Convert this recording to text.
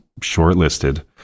shortlisted